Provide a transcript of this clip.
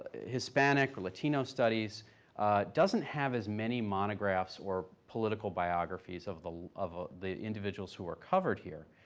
hispanic or latino studies doesn't have as many monographs or political biographies of the of ah the individuals who are covered here.